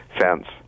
cents